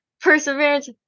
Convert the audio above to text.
perseverance